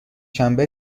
شنبه